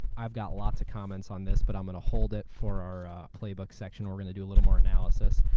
i've got lots of comments on this, but i'm going to hold it for our playbook section. we're going to do a little more analysis.